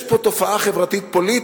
יש פה תופעה חברתית-פוליטית.